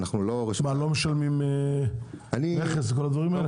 לא משלמים מכס וכל הדברים האלה?